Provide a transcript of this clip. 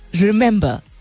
remember